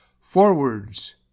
forwards